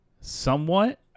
Somewhat